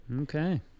Okay